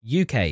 UK